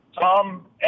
Tom